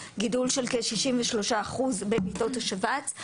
גידול של כ-63% במיטות השבץ.